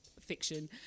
fiction